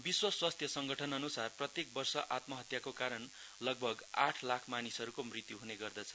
विश्व स्वास्थ्य संगठनअनुसार प्रत्येक वर्ष आत्महत्याको कारण लगभग आठ लाख मानिसहरूको मृत्यु हुने गर्दछ